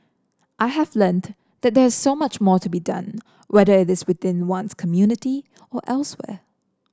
I have learnt that there is so much more to be done whether it is within one's community or elsewhere